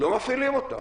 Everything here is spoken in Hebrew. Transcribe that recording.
לא מפעילים אותם.